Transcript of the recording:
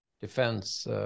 defense